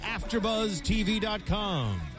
AfterBuzzTV.com